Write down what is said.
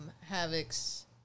Havoc's